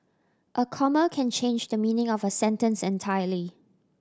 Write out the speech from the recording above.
a comma can change the meaning of a sentence entirely